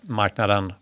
marknaden